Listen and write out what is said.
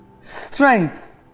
Strength